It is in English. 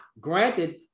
Granted